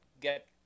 get